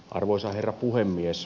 arvoisa herra puhemies